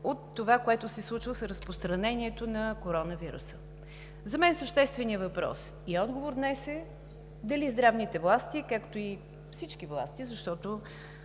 от това, което се случва с разпространението на коронавируса. За мен същественият въпрос и отговор днес е дали здравните власти, както и всички власти, трябва